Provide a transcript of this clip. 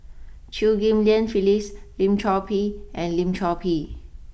Chew Ghim Lian Phyllis Lim Chor Pee and Lim Chor Pee